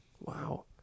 wow